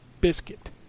biscuit